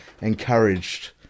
encouraged